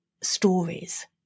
stories